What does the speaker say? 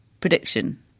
prediction